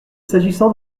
s’agissant